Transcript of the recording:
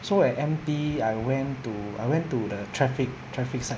so at M_P I went to I went to the traffic traffic side